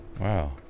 Wow